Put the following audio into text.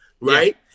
right